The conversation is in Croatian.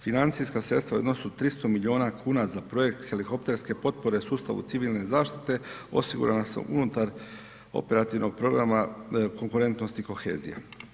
Financijska sredstva u odnosu 300 milijuna kuna za projekt helikopterske potpore sustavu civilne zaštite osigurana su unutar Operativnog programa Konkurentnost i kohezija.